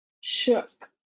shook